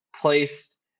placed